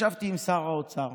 ישבתי עם שר האוצר